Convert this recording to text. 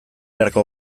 beharko